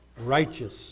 righteous